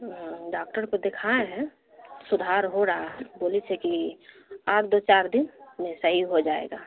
doctor کو دکھائے ہیں سدھار ہو رہا ہے بولس ہے کہ اور دو چار دن میں صحیح ہو جائے گا